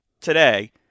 today